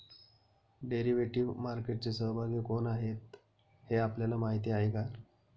Derivative मार्केटचे सहभागी कोण आहेत हे आपल्याला माहित आहे का?